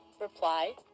reply